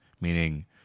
meaning